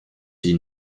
die